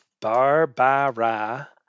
barbara